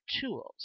tools